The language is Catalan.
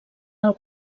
del